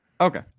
okay